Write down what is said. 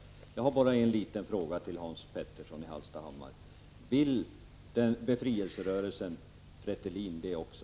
Jag har bara en liten fråga till Hans Petersson: Vill befrielserörelsen Fretilin det också?